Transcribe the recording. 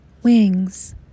Wings